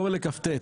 אור ל-כ"ט.